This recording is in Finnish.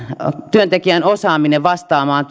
työntekijän osaaminen vastaamaan